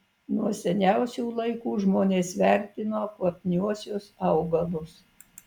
nuo seniausių laikų žmonės vertino kvapniuosius augalus